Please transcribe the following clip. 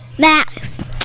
Max